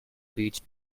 beach